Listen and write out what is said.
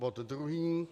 Bod druhý.